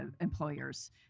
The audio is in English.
employers